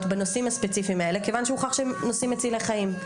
בנושאים הספציפיים האלה כיוון שהוכח שהם נושאים מצילי חיים.